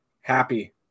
happy